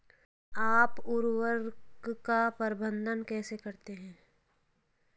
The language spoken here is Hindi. आप उर्वरक का प्रबंधन कैसे करते हैं?